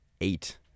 eight